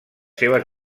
seves